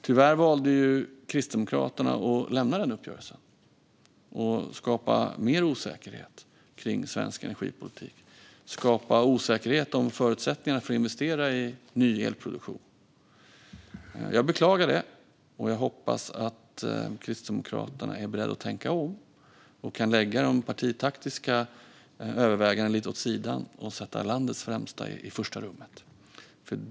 Tyvärr valde Kristdemokraterna att lämna denna uppgörelse och skapa mer osäkerhet kring svensk energipolitik. Det skapade osäkerhet om förutsättningarna för att investera i ny elproduktion. Jag beklagar det, och jag hoppas att Kristdemokraterna är beredda att tänka om och lägga de partitaktiska övervägandena lite åt sidan och sätta landets främsta i första rummet.